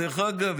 דרך אגב,